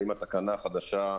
האם התקנה החדשה,